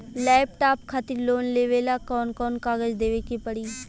Laptop खातिर loan लेवे ला कौन कौन कागज देवे के पड़ी?